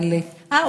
אה,